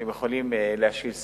שהן יכולות להשאיל ספרים.